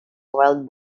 wild